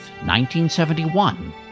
1971